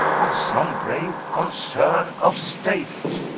on some grave concern of state?